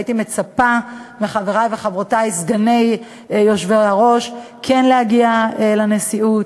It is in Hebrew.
והייתי מצפה מחברי וחברותי סגני היושב-ראש כן להגיע לנשיאות,